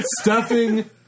stuffing